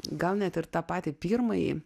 gal net ir tą patį pirmąjį